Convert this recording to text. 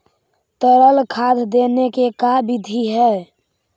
तरल खाद देने के का बिधि है?